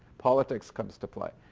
politics comes to play.